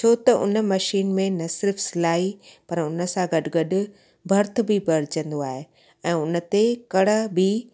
छो त उन मशीन में न सिर्फ़ु सिलाई पर उन सां गॾु गॾु भर्थ बि भरिजंदो आहे ऐं उन ते कड़ बि